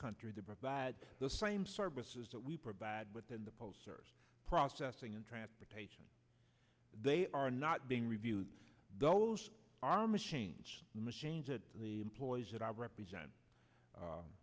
country they provide the same services that we provide within the post service processing and transportation they are not being reviewed those are machines machines that the employees that i represent